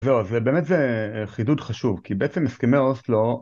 זהו, באמת זה חידוד חשוב, כי בעצם הסכמי אוסלו